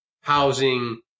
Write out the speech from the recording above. housing